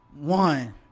one